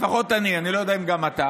לפחות אני, אני לא יודע אם גם אתה,